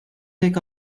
take